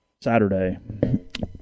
Saturday